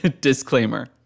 disclaimer